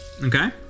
Okay